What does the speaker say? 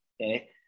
okay